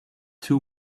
two